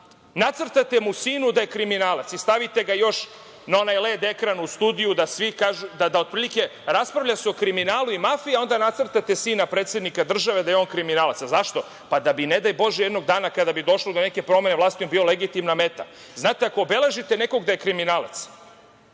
Nacrtate mu sinu da je kriminalac i stavite ga još na onaj led ekran u studiju, raspravlja se o kriminalu i mafiji, a onda nacrtate sina predsednika države da je on kriminalac. Zašto? Pa, da bi, ne daj bože, jednog dana kada bi došlo do neke promene vlasti, on bio legitimna meta. Znate, ako obeležite nekog da je kriminalac,